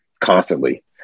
constantly